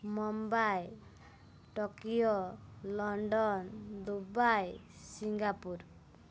Mumbai Tokyo London Dubai Singapore